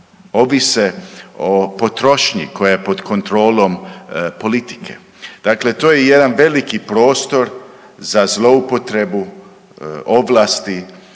ovise o potrošnji koja je pod kontrolom politike. Dakle, to je jedan veliki prostor za zloupotrebu ovlasti.